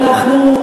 אנחנו,